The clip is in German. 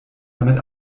damit